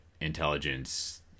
intelligence